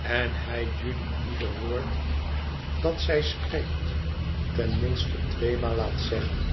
en hij judy ieder woord dat zij spreekt ten minste tweemaal laat zeggen